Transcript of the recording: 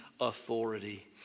authority